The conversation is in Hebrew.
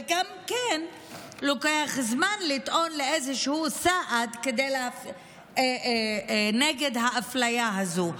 וגם לוקח זמן לטעון לאיזשהו סעד נגד האפליה הזאת.